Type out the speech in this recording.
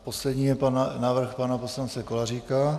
Poslední je návrh pana poslance Kolaříka.